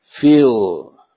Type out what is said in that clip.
feel